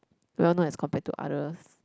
well known as compared to others